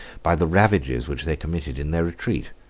by the ravages which they committed in their retreat.